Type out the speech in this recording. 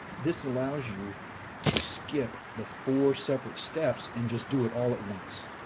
this allows you to skip the four separate steps and just do it all at once.